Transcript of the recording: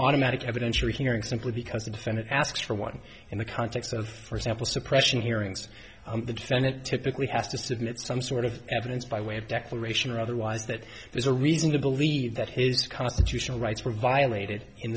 automatic evidentiary hearing simply because the defendant asks for one in the context of for example suppression hearings the defendant typically has to submit some sort of evidence by way of declaration or otherwise that there's a reason to believe that his constitutional rights were violated in